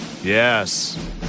Yes